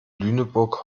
lüneburg